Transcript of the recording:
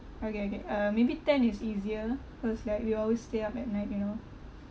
okay okay uh maybe ten is easier cause like we always stay up at night you know